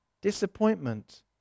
Disappointment